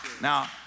Now